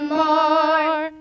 more